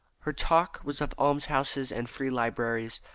her talk was of almshouses and free libraries,